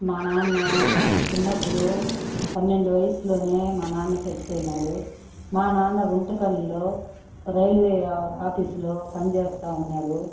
మా నాన్న చిన్నప్పుడు పన్నెండు వయసులోనే మా నాన్న సచ్చిపోయినాడు మా నాన్న గుంతకల్లులో రైల్వే ఆఫీసులో పనిచేస్తావున్నాడు